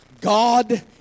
God